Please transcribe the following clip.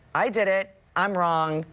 i did it, i'm wrong,